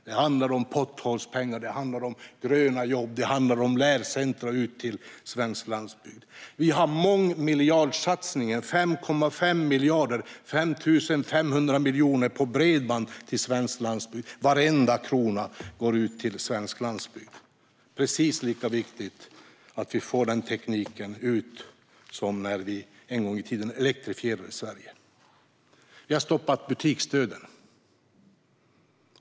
Det handlar om potthålspengar, om gröna jobb och om att skapa lärcentrum ute på svensk landsbygd. Vi har mångmiljardsatsningen på bredband till svensk landsbygd - 5,5 miljarder, alltså 5 500 miljoner. Varenda krona går ut till svensk landsbygd. Det är precis lika viktigt att vi får ut den nya tekniken nu som det var när vi en gång i tiden elektrifierade Sverige. Vi har stoppat butiksdöden.